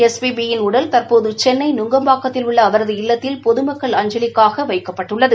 S P B யின் உடல் தற்போது சென்னை நங்கம்பாக்கத்தில் உள்ள அவரது இல்லத்தில் பொதுமக்கள் அஞ்சலிக்காக வைக்கப்பட்டுள்ளது